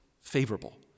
favorable